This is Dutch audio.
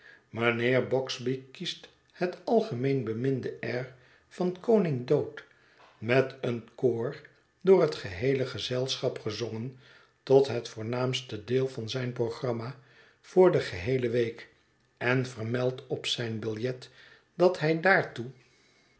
mijnheer bogsby kiest het algemeen beminde air van koning dood met een koor door het geheele gezelschap gezongen tot het voornaamste deel van zijn programma voor de geheele week en vermeldt op zijn biljet dat hij daartoe